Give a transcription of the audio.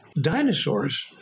Dinosaurs